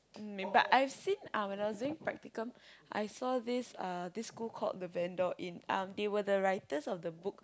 um maybe but I've seen uh when I was doing practicum I saw this uh this school called the Vendor-Inn um they were the writers of the book